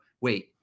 wait